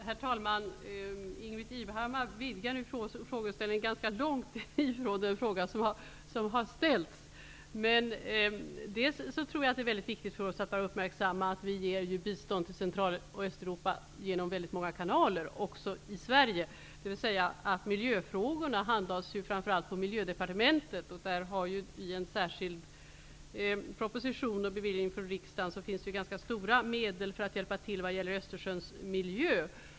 Herr talman! Ingbritt Irhammar utvidgar frågeställningen ganska långt ifrån den fråga som ursprungligen ställdes. Det är viktigt att uppmärksamma att biståndet till Central och Östeuropa går genom många kanaler också i Sverige. Miljöfrågor handhas ju framför allt på Miljödepartementet. Genom en särskild proposition och ett beviljande från riksdagen finns det ganska stora medel för att bidra till att förbättra Östersjöns miljö.